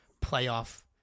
playoff